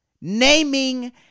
naming